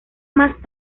más